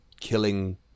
killing